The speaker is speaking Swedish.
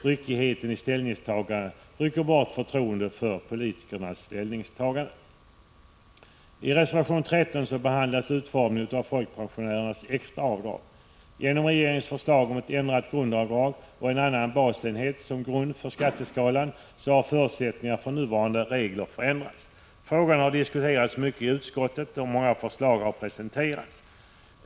Ryckigheten minskar förtroendet för politikernas ställningstagande. I reservation 13 behandlas utformningen av folkpensionärernas extra avdrag. Genom regeringens förslag om ett ändrat grundavdrag och en annan basenhet som grund för skatteskalan har förutsättningarna för nuvarande regler förändrats. Frågan har diskuterats mycket i utskottet, och många förslag har presenterats.